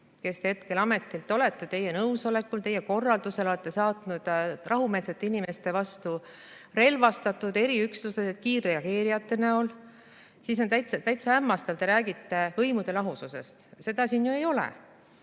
kes te hetkel ametilt olete, nõusolekul, teie korraldusel on saadetud rahumeelsete inimeste vastu relvastatud eriüksuslased kiirreageerijate näol. On täitsa hämmastav, et te räägite võimude lahususest. Seda siin ju ei ole.